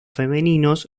femeninos